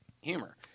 humor